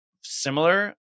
similar